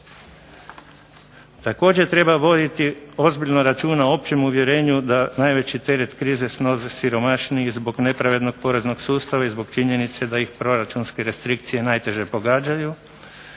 Također treba voditi ozbiljno računa o općem uvjerenju da najveći teret krize snose siromašniji zbog nepravednog poreznog sustava, i zbog činjenice da ih proračunske restrikcije najteže pogađaju,